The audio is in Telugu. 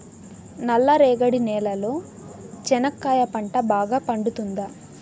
నల్ల రేగడి నేలలో చెనక్కాయ పంట బాగా పండుతుందా?